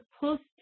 post